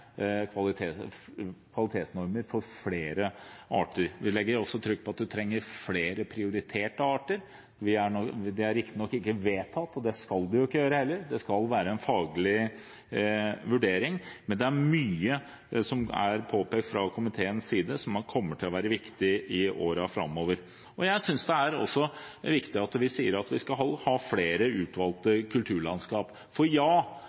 prioriterte arter. Det er riktignok ikke vedtatt, og det skal det jo heller ikke bli, det skal være en faglig vurdering, men det er mye som er påpekt fra komiteens side, som kommer til å være viktig i årene framover. Jeg synes det også er viktig at vi sier at vi skal ha flere utvalgte kulturlandskap, for